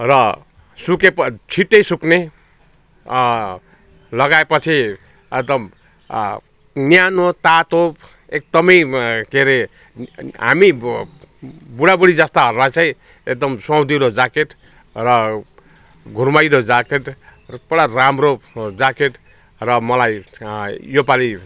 र सुकेपछि छिट्टै सुक्ने लगाएपछि अन्त न्यानो तातो एकदमै के अरे हामी बुढा बुढी जस्ताहरूलाई चाहिँ एकदम सुहाउँदिलो ज्याकेट र घुर्मैलो ज्याकेट बडा राम्रो ज्याकेट र मलाई योपालि